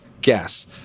Gas